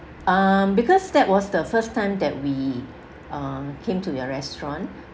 um because that was the first time that we uh came to your restaurant